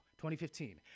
2015